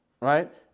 Right